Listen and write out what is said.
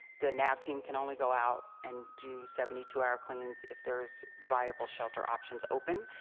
the nav team can only go out and do seventy two hour cleans if there's viable shelter options open.